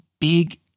big